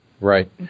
Right